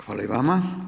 Hvala i vama.